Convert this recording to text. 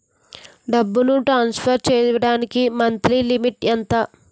డబ్బును ట్రాన్సఫర్ చేయడానికి monthly limit ఎంత?